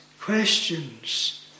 questions